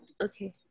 okay